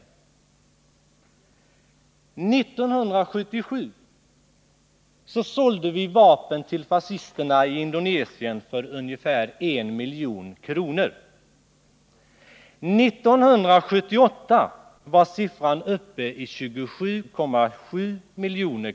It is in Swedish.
År 1977 sålde vi vapen till fascisterna i Indonesien för ungefär 1 milj.kr. År 1978 var siffran 27,7 miljoner.